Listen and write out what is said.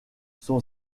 son